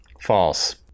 False